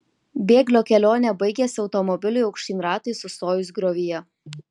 bėglio kelionė baigėsi automobiliui aukštyn ratais sustojus griovyje